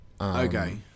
Okay